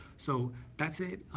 so that's it.